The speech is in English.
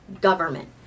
government